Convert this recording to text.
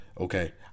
okay